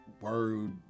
word